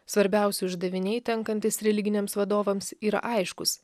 svarbiausi uždaviniai tenkantys religiniams vadovams yra aiškūs